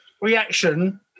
reaction